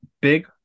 big